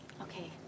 okay